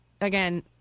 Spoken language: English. again